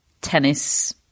tennis